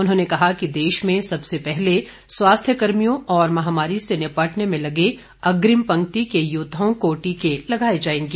उन्होंने कहा कि देश में सबसे पहले स्वास्थ्य कर्मियों और महामारी से निपटने में लगे अग्रिम पंक्ति के योद्वाओं को टीके लगाए जाएंगे